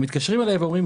הם מתקשרים אליי ואומרים,